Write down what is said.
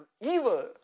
evil